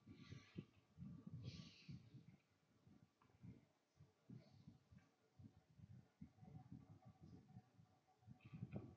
you should